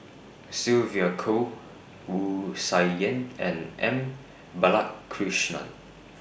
Sylvia Kho Wu Tsai Yen and M Balakrishnan